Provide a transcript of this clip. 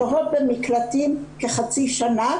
שוהות במקלטים כחצי שנה,